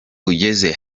ugeze